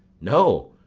no,